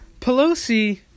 Pelosi